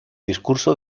discurso